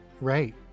Right